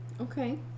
Okay